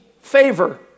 favor